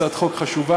הצעת חוק חשובה.